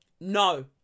no